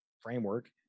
framework